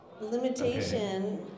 limitation